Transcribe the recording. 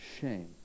shame